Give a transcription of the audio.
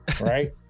right